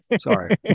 sorry